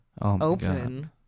open